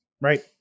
right